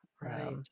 Right